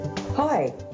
Hi